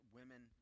women